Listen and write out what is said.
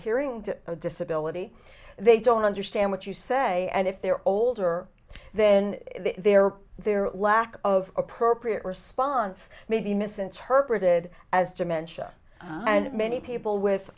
hearing to a disability they don't understand what you say and if they're older then their their lack of appropriate response may be misinterpreted as dementia and many people with